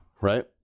right